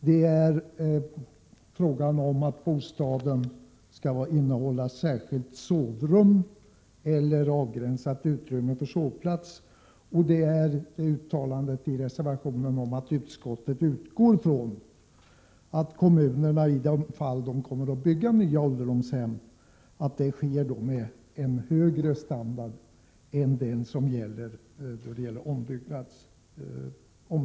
Vpk kräver vidare att bostaden skall innehålla särskilt sovrum eller avgränsat utrymme för sovplats samt att det borde uttalas att utskottet utgår från att kommunerna vid byggande av nya ålderdomshem tillämpar en högre standard än den som gäller vid ombyggnader.